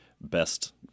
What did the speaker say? best